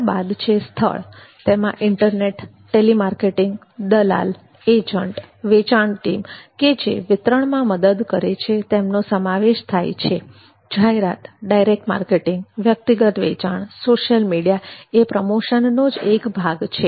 ત્યારબાદ છે સ્થળ તેમાં ઇન્ટરનેટ ટેલિમાર્કેટિંગ દલાલ એજન્ટ વેચાણ ટીમ કે જે વિતરણ માં મદદ કરે છે તેમનો સમાવેશ થાય છે જાહેરાત ડાયરેક્ટ માર્કેટિંગ વ્યક્તિગત વેચાણ સોશિયલ મીડિયા એ પ્રમોશનનો જ એક ભાગ છે